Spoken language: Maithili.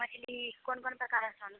मछली कोन कोन प्रकार छानू